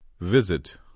Visit